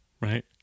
Right